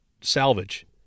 salvage